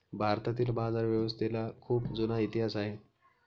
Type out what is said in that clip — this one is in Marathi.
भारतातील बाजारव्यवस्थेला खूप जुना इतिहास आहे